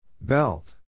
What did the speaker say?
Belt